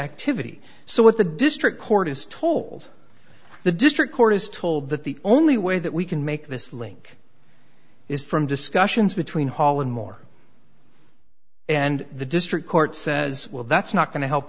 activity so what the district court is told the district court is told that the only way that we can make this link is from discussions between hall and more and the district court says well that's not going to help